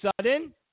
sudden